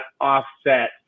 offset